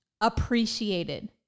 appreciated